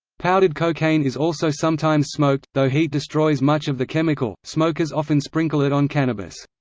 powdered cocaine is also sometimes smoked, though heat destroys much of the chemical smokers often sprinkle it on cannabis.